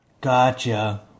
Gotcha